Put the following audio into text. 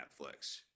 Netflix